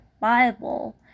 Bible